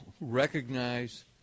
recognize